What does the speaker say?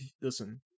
Listen